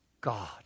God